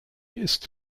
ist